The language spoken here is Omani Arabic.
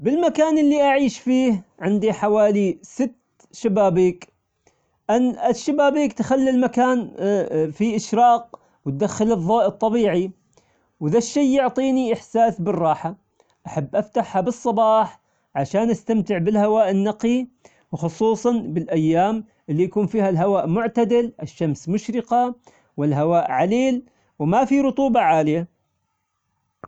بالمكان اللي أعيش فيه عندي حوالي ست شبابيك الن- الشبابيك تخلي المكان فيه إشراق وتدخل الظوء الطبيعي وذا الشي يعطيني إحساس بالراحة، أحب أفتحها بالصباح عشان استمتع بالهواء النقي وخصوصا بالأيام اللي يكون فيها الهوا معتدل الشمس مشرقة والهواء عليل وما في رطوبة عالية.